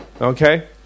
Okay